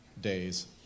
days